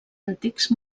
antics